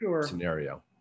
scenario